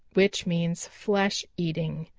which means flesh-eating.